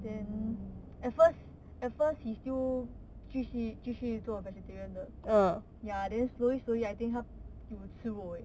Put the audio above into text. then at first at first he still 继续继续做 vegetarian 的 ya then slowly slowly I think 他有 eh